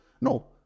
No